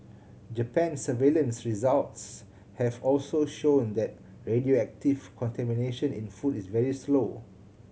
Japan's surveillance results have also shown that radioactive contamination in food is very low